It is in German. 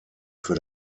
für